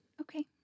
Okay